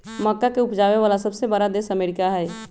मक्का के उपजावे वाला सबसे बड़ा देश अमेरिका हई